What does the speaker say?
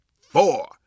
four